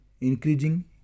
increasing